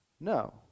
No